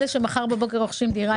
אלה שמחר בבוקר רוכשים דירה יהיה להם.